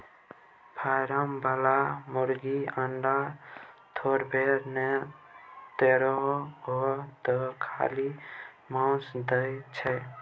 form बला मुरगी अंडा थोड़बै न देतोउ ओ तँ खाली माउस दै छै